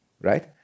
right